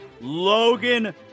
Logan